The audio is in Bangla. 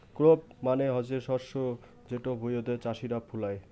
ক্রপ মানে হসে শস্য যেটো ভুঁইতে চাষীরা ফলাই